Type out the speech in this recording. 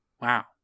wow